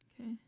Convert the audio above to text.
Okay